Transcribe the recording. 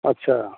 अच्छा